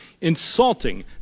insulting